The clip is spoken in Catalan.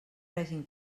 règim